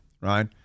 right